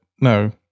no